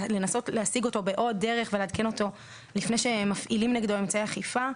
לנסות להשיג אותו בעוד דרך ולעדכן אותו לפני שמפעילים נגדו אמצעי אכיפה,